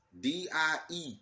D-I-E